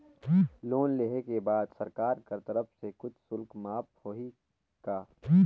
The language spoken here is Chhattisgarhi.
लोन लेहे के बाद सरकार कर तरफ से कुछ शुल्क माफ होही का?